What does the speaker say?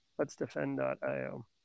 Let'sDefend.io